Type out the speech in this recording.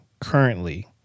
currently